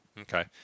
Okay